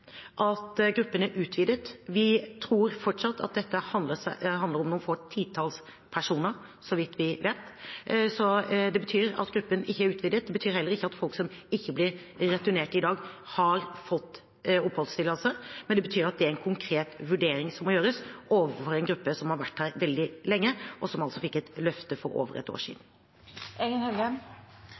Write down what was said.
at gruppen er utvidet. Vi tror fortsatt at dette handler om noen få titalls personer, så vidt vi vet. Så det betyr ikke at gruppen er utvidet, og det betyr heller ikke at folk som ikke blir returnert i dag, har fått oppholdstillatelse. Men det betyr at det er en konkret vurdering som må gjøres overfor en gruppe som har vært her veldig lenge, og som altså fikk et løfte for over et år